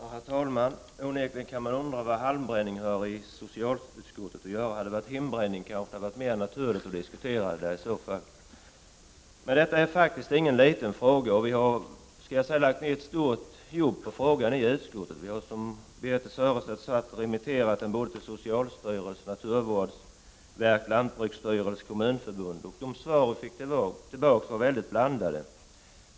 Herr talman! Onekligen kan man undra vad frågan om halmbränning har i socialutskottet att göra. Hade det varit fråga om hembränning kanske det hade varit mer naturligt att diskutera det. Men detta är faktiskt ingen liten fråga. Vi har lagt ned ett stort arbete på frågan i utskottet. Precis som Birthe Sörestedt sade har vi remitterat den såväl till socialstyrelsen och naturvårdsverket som till lantbruksstyrelsen och Kommunförbundet. De svar vi fick tillbaka var mycket blandade.